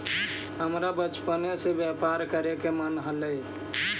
हमरा बचपने से व्यापार करे के मन हलई